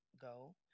go